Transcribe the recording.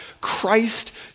Christ